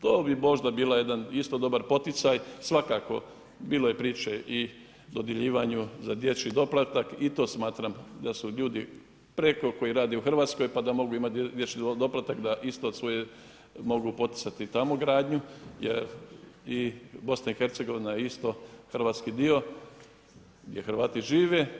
To bi možda bila jedan isto dobar poticaj, svakako bilo je priče i dodjeljivanju za dječji doplatak i to smatram da su ljudi preko koji rade u Hrvatskoj, pa da mogu imati dječji doplatak da isto od svoje mogu poticati tamo gradnju jer i BIH je isto hrvatski dio gdje Hrvati žive.